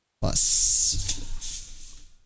Plus